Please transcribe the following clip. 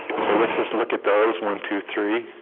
so let's just look at those one two three